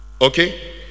okay